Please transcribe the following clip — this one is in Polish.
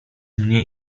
mnie